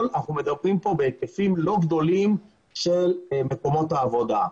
אנחנו מדברים כאן בהיקפים לא גדולים של מקומות עבודה.